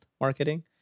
marketing